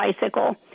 bicycle